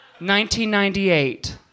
1998